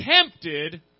tempted